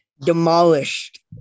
Demolished